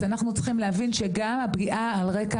אז אנחנו צריכים להבין שגם הפגיעה על הרקע